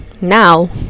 now